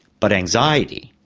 but anxiety,